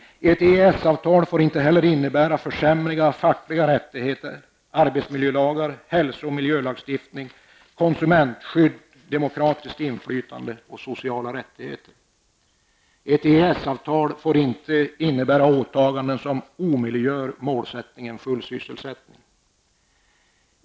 Ett EES-avtal får inte heller innebära försämringar av fackliga rättigheter, arbetsmiljölagar, hälso och miljölagstiftning, konsumentskydd, demokratiskt inflytande och sociala rättigheter. Ett EES-avtal får inte innebära åtaganden som omöjliggör målsättningen full sysselsättning.